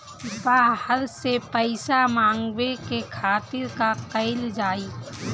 बाहर से पइसा मंगावे के खातिर का कइल जाइ?